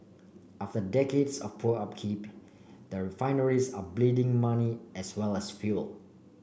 after decades of poor upkeep the refineries are bleeding money as well as fuel